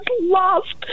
lost